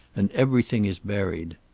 and everything is buried.